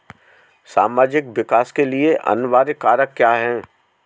सामाजिक विकास के लिए अनिवार्य कारक क्या है?